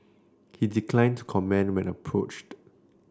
he declined to comment when approached